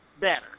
better